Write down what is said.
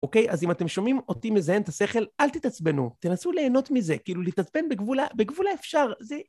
אוקיי, אז אם אתם שומעים אותי מזיין את השכל, אל תתעצבנו. תנסו ליהנות מזה, כאילו, להתעצבן בגבול האפשר, זה...